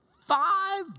five